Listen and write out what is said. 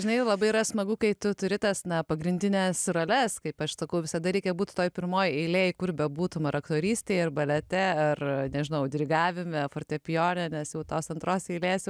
jinai labai yra smagu kai tu turi tas na pagrindines roles kaip aš sakau visada reikia būti toje pirmoje eilėje kur bebūtumei ar aktorystė ar balete ar nešdavau dirigavime fortepijonines jau tos antros eilės